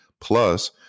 Plus